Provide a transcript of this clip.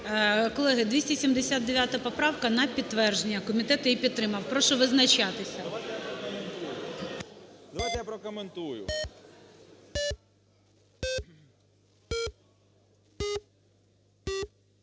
Колеги, 279 поправка – на підтвердження. Комітет її підтримав. Прошу визначатися. ВІННИК І.Ю. Давайте я прокоментую.